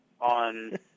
on